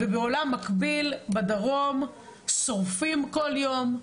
ובעולם מקביל בדרום שורפים כל יום,